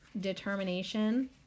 determination